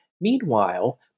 Meanwhile